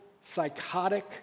psychotic